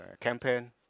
Campaign